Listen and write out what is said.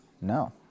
No